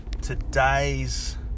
today's